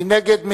מי נגד?